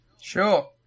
Sure